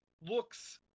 looks